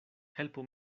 helpu